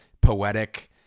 poetic